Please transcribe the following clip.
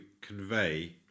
convey